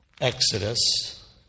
Exodus